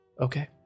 Okay